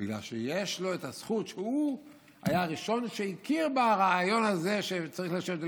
בגלל שיש לו הזכות שהוא היה הראשון שהכיר ברעיון הזה שצריך לשבת ללמוד.